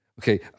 okay